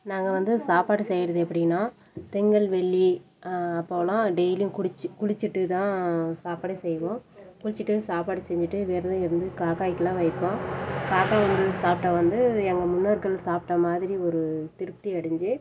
நாங்கள் வந்து சாப்பாடு செய்கிறது எப்படினா திங்கள் வெள்ளி அப்போலாம் டெய்லி குடித்து குளித்துட்டு தான் சாப்பாடே செய்வோம் குளித்துட்டு சாப்பாடு செஞ்சுட்டு விரதம் இருந்து காக்காய்க்குலாம் வைப்போம் காக்காய் வந்து சாப்பிட்டா வந்து எங்கள் முன்னோர்கள் சாப்பிட்ட மாதிரி ஒரு திருப்தி அடஞ்சு